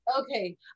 Okay